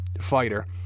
Fighter